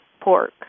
pork